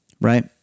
right